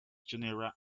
genera